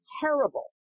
terrible